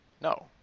No